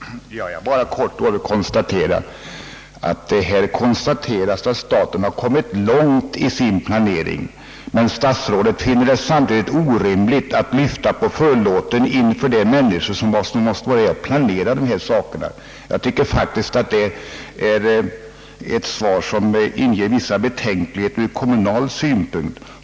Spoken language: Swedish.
Herr talman! Jag vill bara kort och gott anmärka att här konstateras att staten kommit långt i sin planering men att statsrådet ändå finner det orimligt att lyfta förlåten inför de människor som skall planera för Övrigt. Jag tycker faktiskt att det svaret inger vissa betänkligheter ur kommunal synpunkt.